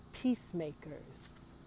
peacemakers